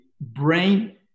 brain